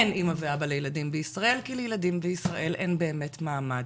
אין אמא ואבא לילדים בישראלים כי לילדים בישראל אין באמת מעמד